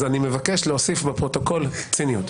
אז אני מבקש להוסיף בפרוטוקול ציניות.